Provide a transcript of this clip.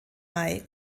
mai